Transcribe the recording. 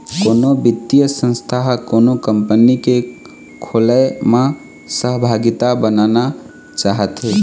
कोनो बित्तीय संस्था ह कोनो कंपनी के खोलय म सहभागिता बनना चाहथे